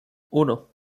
uno